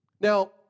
Now